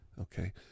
okay